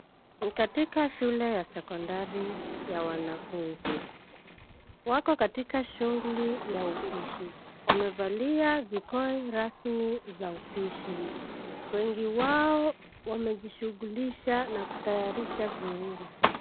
Ni katika shule ya sekondari ya wanafunzi. Wako katika shughuli ya upishi. Wamevalia vikoi rasmi za upishi. Wengi wao wamejishughulisha na kutayarisha viungo.